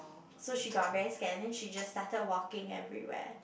so she got very scared and then she just started walking everywhere